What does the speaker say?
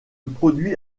produit